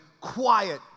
quiet